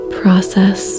process